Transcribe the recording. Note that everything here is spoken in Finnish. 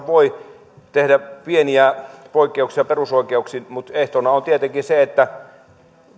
voi tehdä pieniä poikkeuksia perusoikeuksiin mutta ehtona on tietenkin se että